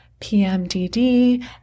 PMDD